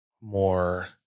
more